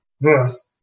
verse